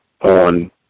on